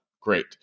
Great